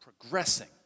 progressing